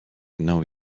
know